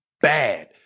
bad